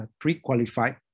pre-qualified